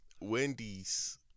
Wendy's